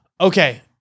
Okay